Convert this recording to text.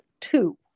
two